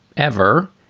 ever.